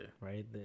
Right